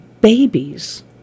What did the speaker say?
babies